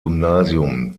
gymnasium